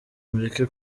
mureke